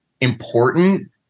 important